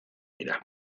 dira